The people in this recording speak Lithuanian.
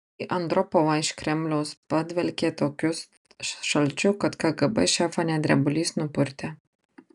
į andropovą iš kremliaus padvelkė tokiu šalčiu kad kgb šefą net drebulys nupurtė